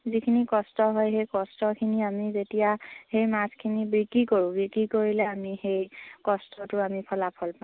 যিখিনি কষ্ট হয় সেই কষ্টখিনি আমি যেতিয়া সেই মাছখিনি বিক্ৰী কৰোঁ বিক্ৰী কৰিলে আমি সেই কষ্টটো আমি ফলাফল পাওঁ